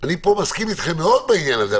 אני פה מסכים אתכם בעניין הזה.